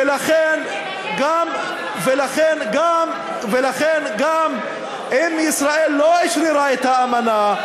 לכן גם אם ישראל לא אשררה את האמנה,